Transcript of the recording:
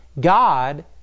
God